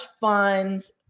funds